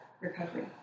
recovery